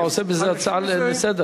אתה עושה בזה הצעה לסדר-היום.